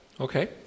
okay